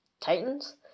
Titans